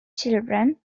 children